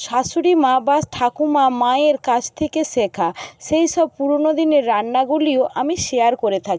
শাশুড়ি মা বা ঠাকুমা মায়ের কাছ থেকে শেখা সেই সব পুরনো দিনের রান্নাগুলিও আমি শেয়ার করে থাকি